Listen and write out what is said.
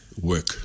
work